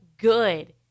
good